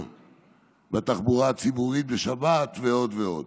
בתחבורה ציבורית בשבת ועוד ועוד.